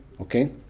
Okay